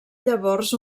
llavors